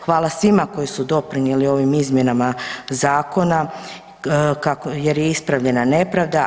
Hvala svima koji su doprinijeli ovim izmjenama zakona jer je ispravljena nepravda.